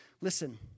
Listen